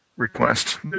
Request